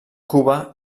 cuba